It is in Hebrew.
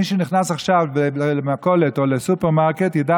מי שנכנס עכשיו למכולת או לסופרמרקט ידע